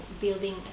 building